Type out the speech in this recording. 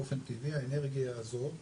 באופן טבעי האנרגיה הזו,